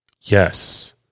Yes